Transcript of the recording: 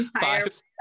five